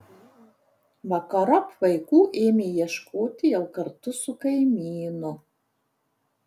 vakarop vaikų ėmė ieškoti jau kartu su kaimynu